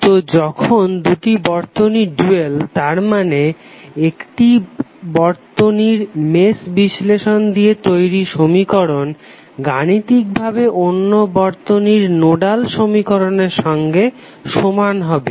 তো যখন দুটি বর্তনী ডুয়াল তার মানে একটি বর্তনীর মেশ বিশ্লেষণ দিয়ে তৈরি সমীকরণ গাণিতিক ভাবে অন্য বর্তনীর নোডাল সমীকরণের সঙ্গে সমান হবে